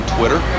Twitter